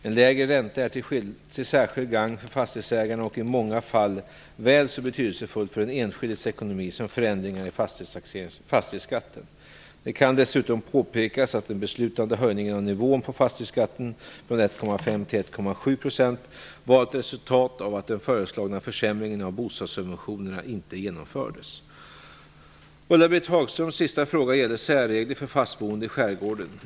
En lägre ränta är till särskild gagn för fastighetsägarna och i många fall väl så betydelsefull för en enskildes ekonomi som förändringar i fastighetsskatten. Det kan dessutom påpekas att den beslutade höjningen av nivån på fastighetsskatten från 1,5 till 1,7 % Ulla-Britt Hagströms sista fråga gäller särregler för fastboende i skärgården.